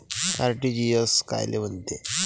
RTGS कायले म्हनते?